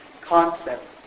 concept